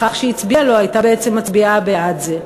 בכך שהצביעה לו, הייתה בעצם מצביעה בעד זה.